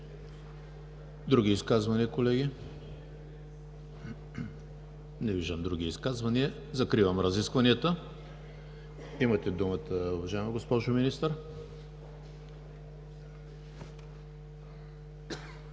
Други изказвания, колеги? Не виждам. Закривам разискванията. Имате думата, уважаема госпожо Министър.